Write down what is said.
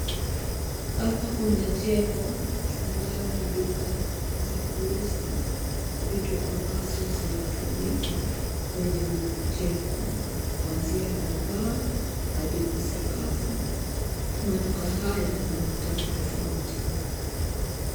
Hapa kuna jengo ambalo ni duka za kuuza vitu ambazo zinatumika kwenye mijengo, kuanzia kwa paa hadi kwa sakafu. Maduka haya ni matatu tafauti.